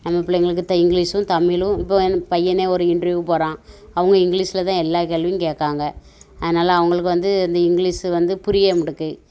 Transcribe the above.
நம்ம பிள்ளைங்களுக்கு தெ இங்கிலீஷும் தமிழும் இப்போ என் பையனே ஒரு இன்டர்வியூ போகிறான் அவங்க இங்கிலீஷில் தான் எல்லா கேள்வியும் கேட்காங்க அதனால் அவங்களுக்கு வந்து அந்த இங்கிலீஷு வந்து புரியமாட்டுக்கு